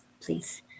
please